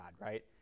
right